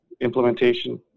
implementation